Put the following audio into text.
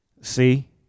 see